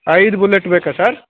ಐದು ಬುಲ್ಲೆಟ್ ಬೇಕಾ ಸರ್